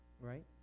right